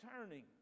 turning